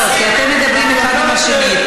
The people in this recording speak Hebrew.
לא, כי אתם מדברים אחד עם השני.